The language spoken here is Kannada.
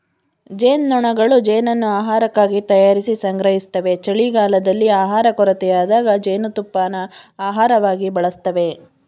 ಜೇನ್ನೊಣಗಳು ಜೇನನ್ನು ಆಹಾರಕ್ಕಾಗಿ ತಯಾರಿಸಿ ಸಂಗ್ರಹಿಸ್ತವೆ ಚಳಿಗಾಲದಲ್ಲಿ ಆಹಾರ ಕೊರತೆಯಾದಾಗ ಜೇನುತುಪ್ಪನ ಆಹಾರವಾಗಿ ಬಳಸ್ತವೆ